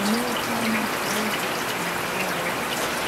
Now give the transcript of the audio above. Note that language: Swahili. Eneo pana , tulivu, la tambarare,